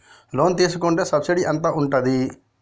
Loan తీసుకుంటే subsidy ఎంత ఉంటది?